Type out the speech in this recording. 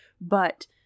but-